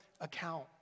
account